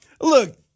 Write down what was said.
Look